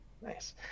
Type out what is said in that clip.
Nice